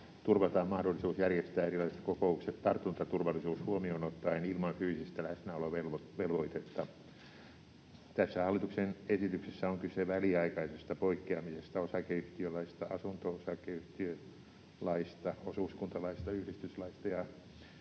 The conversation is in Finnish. turvataan mahdollisuus järjestää erilaiset kokoukset tartuntaturvallisuus huomioon ottaen ilman fyysistä läsnäolovelvoitetta. Tässä hallituksen esityksessä on kyse väliaikaisesta poikkeamisesta osakeyhtiölaista, asunto-osakeyhtiölaista, osuuskuntalaista, yhdistyslaista ja